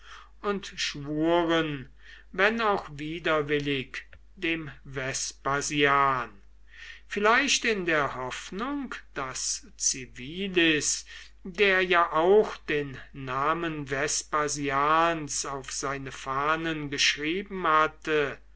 und schwuren wenn auch widerwillig dem vespasian vielleicht in der hoffnung daß civilis der ja auch den namen vespasians auf seine fahnen geschrieben hatte